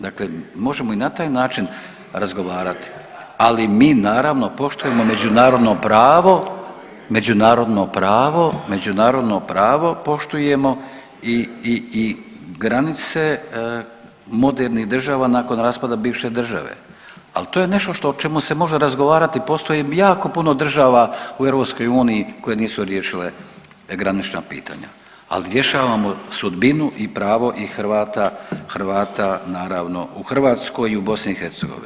Dakle možemo i na taj način razgovarati, ali mi naravno poštujemo međunarodno pravo, međunarodno pravo, međunarodno pravo poštujemo i, i, i granice modernih država nakon raspada bivše države, ali to je nešto o čemu se može razgovarati, postoji jako puno država u EU koje nisu riješile granična pitanja, ali rješavamo sudbinu i pravo i Hrvata naravno u Hrvatskoj i u BiH.